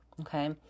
Okay